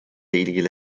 ilgili